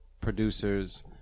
producers